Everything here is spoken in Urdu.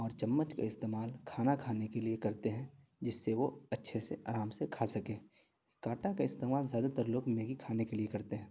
اور چمچ کا استعمال کھانا کھانے کے لیے کرتے ہیں جس سے وہ اچھے سے آرام سے کھا سکیں کانٹا کا استعمال زیادہ تر لوگ میگی کھانے کے لیے کرتے ہیں